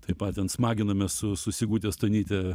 taip pat ten smaginomės su su sigute stonyte